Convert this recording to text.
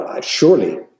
Surely